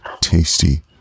tasty